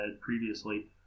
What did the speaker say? previously